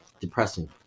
depressing